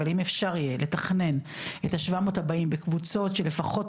אבל אם אפשר יהיה לתכנן את ה-700 הבאים בקבוצות של לפחות